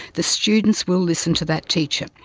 the students will listen to that teacher.